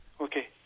Okay